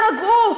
תירגעו,